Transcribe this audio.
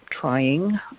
trying